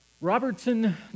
Robertson